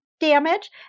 damage